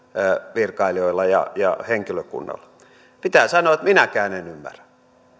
virkailijoilla ja ja henkilökunnalla pitää sanoa että minäkään en ymmärrä